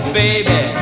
baby